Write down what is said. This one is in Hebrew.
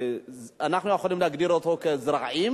האם אנחנו יכולים להגדיר אותו כזרעים?